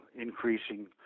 increasing